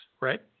right